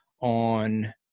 on